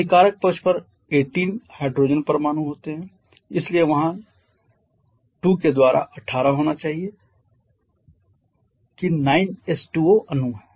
अभिकारक पक्ष पर 18 हाइड्रोजन परमाणु होते हैं इसलिए वहाँ 2 द्वारा 18 होना चाहिए कि 9 H2O अणु हैं